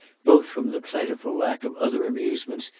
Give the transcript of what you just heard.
both from the plentiful lack of other amusements,